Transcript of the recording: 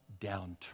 downturn